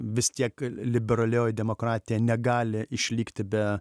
vis tiek liberalioji demokratija negali išlikti be